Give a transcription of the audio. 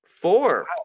Four